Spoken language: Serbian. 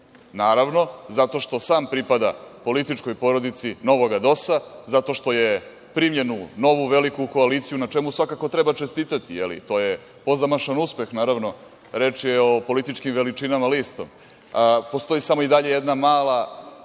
Naravno, zato što sam pripada političkoj porodici novoga DOS-a, zato što je primljen u novu veliku koaliciju, na čemu svakako treba čestitati, to je pozamašan uspeh, naravno. Reč je o političkim veličinama listom. Postoji i dalje samo jedna mala